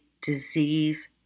disease